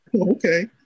okay